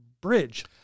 bridge